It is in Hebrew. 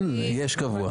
יש קבוע.